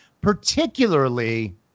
particularly